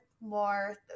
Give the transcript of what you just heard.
more